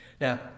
Now